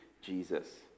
jesus